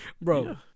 Bro